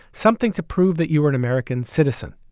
something to prove that you were an american citizen.